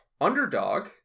underdog